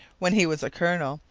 when he was a colonel,